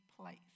place